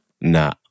Nah